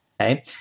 Okay